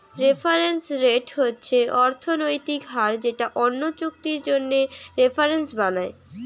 reference rate হচ্ছে অর্থনৈতিক হার যেটা অন্য চুক্তির জন্যে রেফারেন্স বানায়